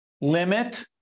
Limit